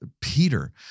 Peter